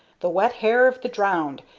the wet hair of the drowned,